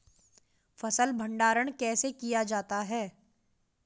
फ़सल भंडारण कैसे किया जाता है?